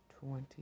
twenty